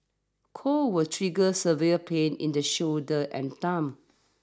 cold will trigger severe pain in the shoulder and thumb